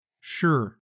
Sure